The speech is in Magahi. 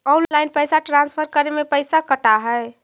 ऑनलाइन पैसा ट्रांसफर करे में पैसा कटा है?